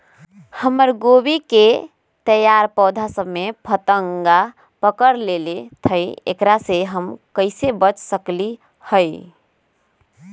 हमर गोभी के तैयार पौधा सब में फतंगा पकड़ लेई थई एकरा से हम कईसे बच सकली है?